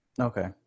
okay